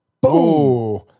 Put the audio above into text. Boom